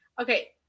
Okay